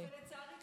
לצערי,